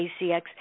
ACX